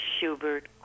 Schubert